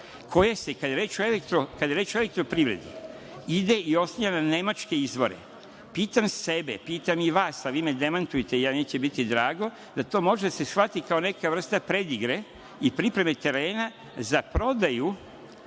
koje se kada je reč o EPS ide i oslanja na nemačke izvore. Pitam sebe, pitam i vas, a vi me demantujte, meni će biti drago, da to može da se shvati kao neka vrsta predigre i pripreme terena za prodaju